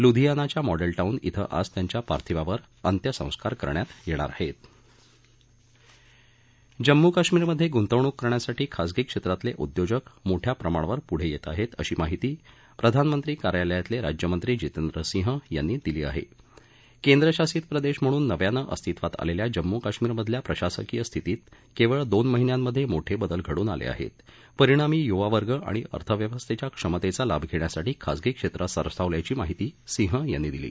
लुधियानाच्या model town श्व आज त्यांच्या पार्थिवावर अंत्यसंस्कार करण्यात यणिर आहस जम्मू काश्मीरमध्या मुँतवणूक करण्यासाठी खासगी क्षम्रिल उंद्योजक मोठया प्रमाणावर पुढ अेक्टी आहस्त अशी माहिती प्रधानमंत्री कार्यालयातल जिज्यमंत्री जितेंद्र सिंह यांनी दिली आह ऊंद्रशासित प्रदध म्हणून नव्यानं अस्तित्वात आलखा जम्मू काश्मीरमधल्या प्रशासकीय स्थितीत क्विळ दोन महिन्यात मोठबिदल घडून आलब्रिाह्या परिणामी युवावर्ग आणि अर्थव्यवस्थख्या क्षमतघी लाभ घघ्यासाठी खासगी क्षद्व सरसावलं आह अंस सिंह यांनी सांगितलं